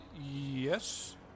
Yes